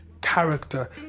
character